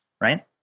right